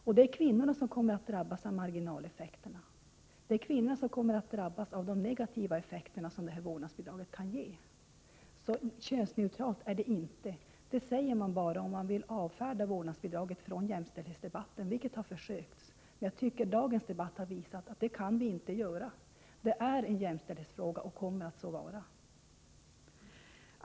Och det är kvinnorna som kommer att drabbas av marginaleffekterna, av de negativa effekter som vårdnadsbidraget kan ge. Så könsneutralt är det inte — det säger man bara om man vill avföra vårdnadsbidraget från jämställdhetsdebatten, vilket man har försökt. Men jag tycker att dagens debatt har visat att vi inte kan göra det. Detta är en jämställdhetsfråga och kommer att så vara.